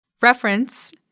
Reference